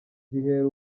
bihera